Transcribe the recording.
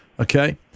Okay